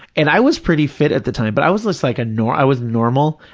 and i was pretty fit at the time, but i was just like a nor, i was normal,